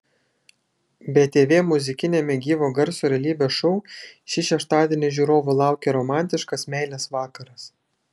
btv muzikiniame gyvo garso realybės šou šį šeštadienį žiūrovų laukia romantiškas meilės vakaras